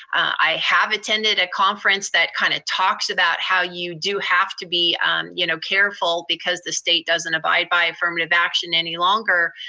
i have attended a conference that kinda kind of talks about how you do have to be you know careful, because the state doesn't abide by affirmative action any longer.